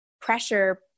pressure